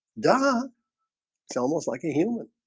duh it's almost like a human